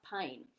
pain